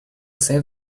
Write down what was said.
save